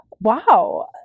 wow